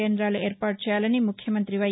కేంద్రాలు ఏర్పాటు చేయాలని ముఖ్యమంతి వై